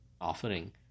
offering